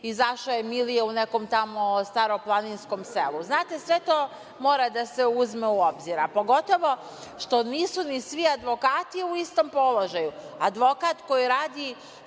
izašao je Milija u nekom tamo staroplaninskom selu. Znate, sve to mora da se uzme u obzir, a pogotovo što nisu ni svi advokati u istom položaju. Advokat koji radi